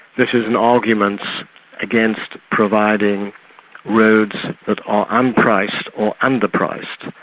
this is an argument against providing roads are unpriced or under-priced.